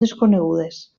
desconegudes